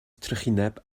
trychineb